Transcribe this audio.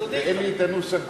ואין לי הנוסח בפני.